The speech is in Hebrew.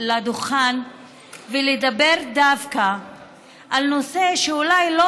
לדוכן ולדבר דווקא על נושא שאולי לא